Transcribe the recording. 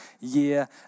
year